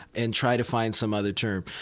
and try to find some other term.